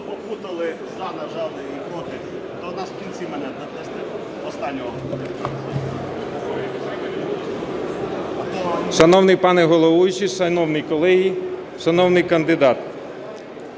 Шановний пане головуючий, шановні колеги, шановний кандидат!